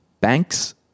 banks